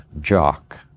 jock